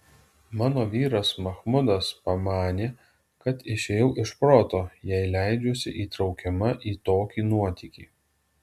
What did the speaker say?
mano vyras machmudas pamanė kad išėjau iš proto jei leidžiuosi įtraukiama į tokį nuotykį